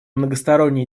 многосторонние